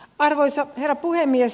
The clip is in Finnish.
arvoisa herra puhemies